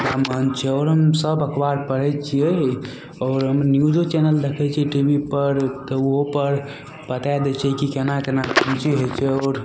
आओर हम सब अखबार पढ़ै छिए आओर हम न्यूजो चैनल देखै छिए टी वी पर तऽ ओहोपर बतै दै छै कि कोना कोना कोन चीज होइ छै आओर